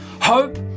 Hope